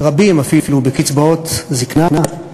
רבים אפילו, בקצבאות זיקנה.